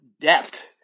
depth